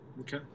Okay